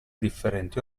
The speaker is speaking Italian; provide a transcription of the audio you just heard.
differenti